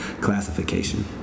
classification